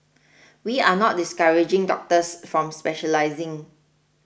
we are not discouraging doctors from specialising